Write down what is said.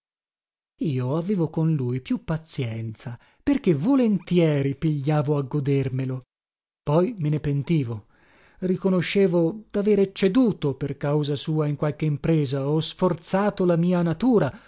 io avevo con lui più pazienza perché volentieri pigliavo a godermelo poi me ne pentivo riconoscevo daver ecceduto per causa sua in qualche impresa o sforzato la mia natura